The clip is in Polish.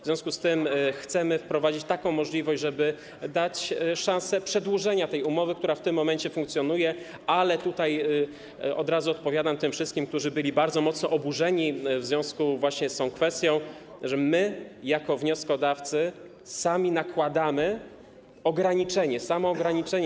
W związku z tym chcemy wprowadzić taką możliwość, żeby dać szansę przedłużenia umowy, która w tym momencie funkcjonuje, ale tutaj od razu odpowiadam tym wszystkim, którzy byli bardzo mocno oburzeni w związku właśnie z tą kwestią, że my jako wnioskodawcy sami nakładamy ograniczenie, samoograniczenie.